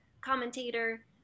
commentator